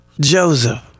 Joseph